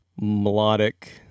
melodic